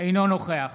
אינו משתתף